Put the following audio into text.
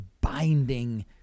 binding